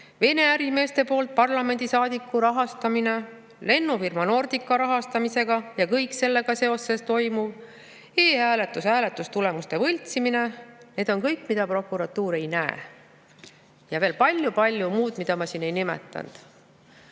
Vene ärimeeste poolt parlamendisaadiku rahastamine; lennufirma Nordica rahastamine ja kõik sellega seoses toimuv; e-hääletusel hääletustulemuste võltsimine. Need on kõik [asjad], mida prokuratuur ei näe, ja on veel palju-palju muud, mida ma siin ei nimetanud.